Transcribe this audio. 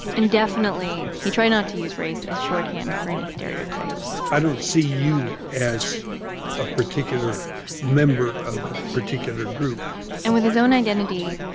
and definitely, he tried not to use race as shorthand for any stereotypes i didn't see you as a particular member of a particular group and with his own identity,